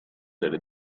delle